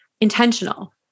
intentional